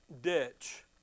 ditch